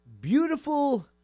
beautiful